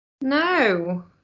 No